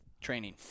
Training